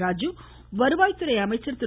ராஜு வருவாய்த்துறை அமைச்சர் திரு